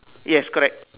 yes correct